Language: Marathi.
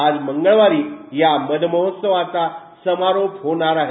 आज मंगळवारी या मधमहोत्सवाचा समारोप होणार आहे